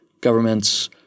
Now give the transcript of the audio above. governments